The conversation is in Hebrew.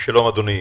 שלום אדוני.